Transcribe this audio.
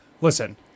Listen